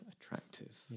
attractive